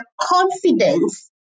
confidence